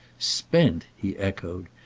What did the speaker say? spent! he echoed.